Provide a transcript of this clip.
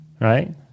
Right